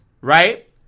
right